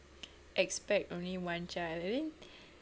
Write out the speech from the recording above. expect only one child and then